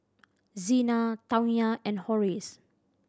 Zina Tawnya and Horace